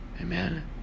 Amen